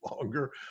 longer